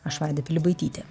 aš vaida pilibaitytė